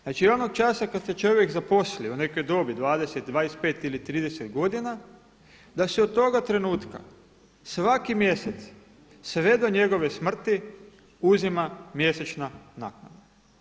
Znači, onog časa kad se čovjek zaposli u nekoj dobi 20, 25 ili 30 godina da se od toga trenutka svaki mjesec sve do njegove smrti uzima mjesečna naknada.